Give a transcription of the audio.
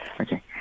okay